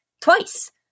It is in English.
twice